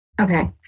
Okay